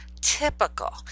Typical